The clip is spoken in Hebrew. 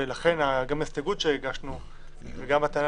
לכן גם ההסתייגות שהגשנו וגם הטענה